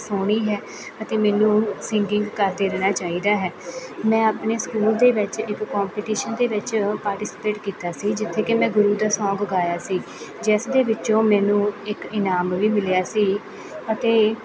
ਸੋਹਣੀ ਹੈ ਅਤੇ ਮੈਨੂੰ ਸਿੰਗਿੰਗ ਕਰਦੇ ਰਹਿਣਾ ਚਾਹੀਦਾ ਹੈ ਮੈਂ ਆਪਣੇ ਸਕੂਲ ਦੇ ਵਿੱਚ ਇੱਕ ਕੰਪਟੀਸ਼ਨ ਦੇ ਵਿੱਚ ਪਾਰਟੀਸਪੇਟ ਕੀਤਾ ਸੀ ਜਿੱਥੇ ਕਿ ਮੈਂ ਗੁਰੂ ਦਾ ਸੌਂਗ ਗਾਇਆ ਸੀ ਜਿਸ ਦੇ ਵਿੱਚੋਂ ਮੈਨੂੰ ਇੱਕ ਇਨਾਮ ਵੀ ਮਿਲਿਆ ਸੀ ਅਤੇ